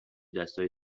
دستای